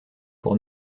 pour